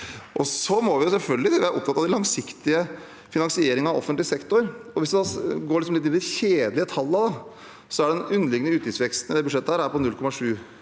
Vi må selvfølgelig være opptatt av den langsiktige finansieringen av offentlig sektor. Hvis man går til de kjedelige tallene, er den underliggende utgiftsveksten i dette